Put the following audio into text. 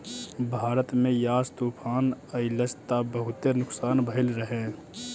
भारत में यास तूफ़ान अइलस त बहुते नुकसान भइल रहे